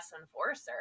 enforcer